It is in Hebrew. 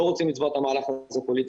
לא רצים לצבוע את המהלך הזה פוליטית,